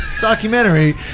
documentary